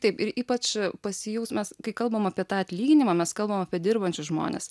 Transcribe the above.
taip ir ypač pasijaus mes kai kalbam apie tą atlyginimą mes kalbam apie dirbančius žmones